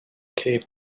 cape